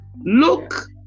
Look